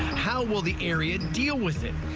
how will the area deal with it?